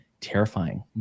terrifying